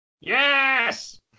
Yes